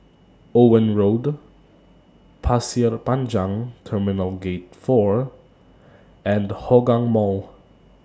Owen Road Pasir Panjang Terminal Gate four and Hougang Mall